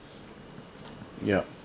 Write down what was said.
yup